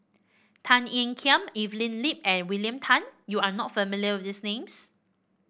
Tan Ean Kiam Evelyn Lip and William Tan you are not familiar with these names